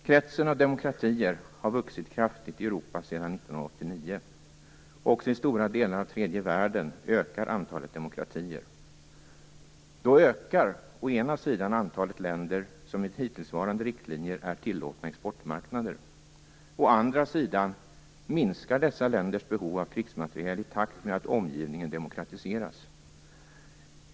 Kretsen av demokratier har vuxit kraftigt i Europa sedan 1989. Också i stora delar av tredje världen ökar antalet demokratier. Då ökar å ena sidan antalet länder som med hittillsvarande riktlinjer är tillåtna exportmarknader. Å andra sidan minskar dessa länders behov av krigsmateriel i takt med att omgivningen demokratiseras.